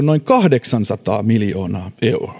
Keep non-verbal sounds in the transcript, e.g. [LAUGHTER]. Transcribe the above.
[UNINTELLIGIBLE] noin kahdeksansataa miljoonaa euroa